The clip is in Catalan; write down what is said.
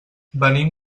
venim